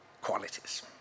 qualities